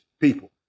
people